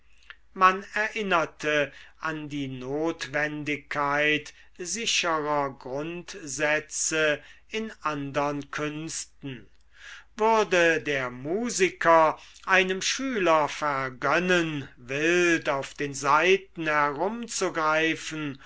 man erinnerte an die notwendigkeit sicherer grundsätze in andern künsten würde der musiker einem schüler vergönnen wild auf den saiten herumzugreifen